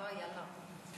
אוי, יאללה.